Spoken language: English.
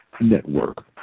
Network